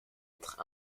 être